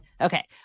Okay